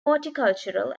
horticultural